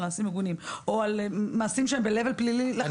על מעשים מגונים או על מעשים שהם ברמה פלילית לחלוטין?